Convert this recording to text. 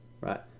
Right